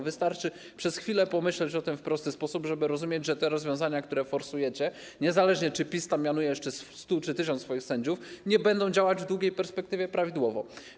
Wystarczy przez chwilę pomyśleć o tym w prosty sposób, żeby zrozumieć, że te rozwiązania, które forsujecie, niezależnie od tego, czy PiS mianuje tam jeszcze 100 czy 1000 swoich sędziów, nie będą działać w długiej perspektywie prawidłowo.